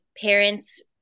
parents